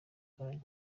kanya